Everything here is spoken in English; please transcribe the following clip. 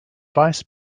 vice